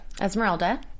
Esmeralda